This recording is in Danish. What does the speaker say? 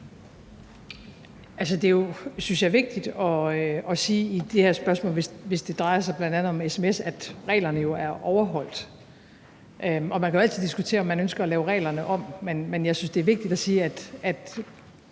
jeg, vigtigt at sige i det her spørgsmål, hvis det drejer sig om bl.a. sms, at reglerne jo er overholdt. Man kan altid diskutere, om man ønsker at lave reglerne om, men jeg synes, det er vigtigt at sige, at